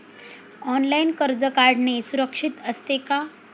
Online कर्ज काढणे सुरक्षित असते का?